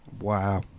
Wow